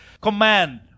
command